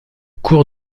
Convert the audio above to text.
cours